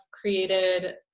created